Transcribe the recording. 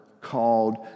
called